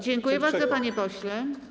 Dziękuję bardzo, panie pośle.